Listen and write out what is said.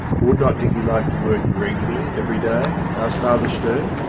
would not dicky like to work regularly every day, asked father sturt,